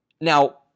Now